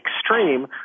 extreme